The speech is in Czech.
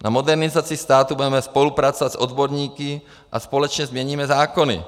Na modernizaci státu budeme spolupracovat s odborníky a společně změníme zákony.